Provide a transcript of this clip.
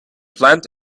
plant